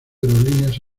aerolíneas